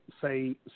say